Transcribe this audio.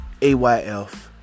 AYF